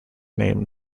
name